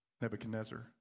Nebuchadnezzar